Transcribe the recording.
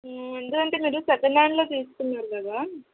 ఎందుకంటే మీరు సెకండ్ హ్యాండిల్లో తీసుకున్నారు కదా